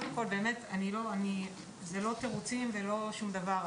קודם כול באמת זה לא תירוצים ולא שום דבר.